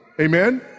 Amen